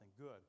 good